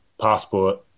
passport